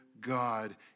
God